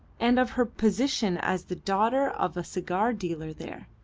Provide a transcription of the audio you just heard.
and of her position as the daughter of a cigar dealer there.